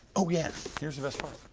oh, yeah! here's the best part.